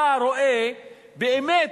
אתה רואה באמת